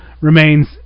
remains